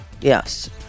Yes